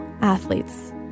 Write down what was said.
athletes